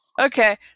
Okay